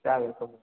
जायोथ'